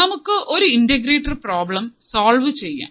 നമുക്ക് ഒരു integrator problem solve ചെയ്യാം